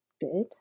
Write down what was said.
good